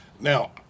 Now